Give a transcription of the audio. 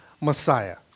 Messiah